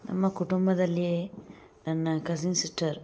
ನಮ್ಮ ಕುಟುಂಬದಲ್ಲಿ ನನ್ನ ಕಝಿನ್ ಸಿಸ್ಟರ್